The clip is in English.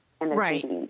Right